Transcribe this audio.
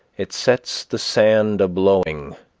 it sets the sand a-blowing,